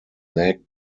leg